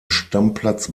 stammplatz